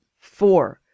Four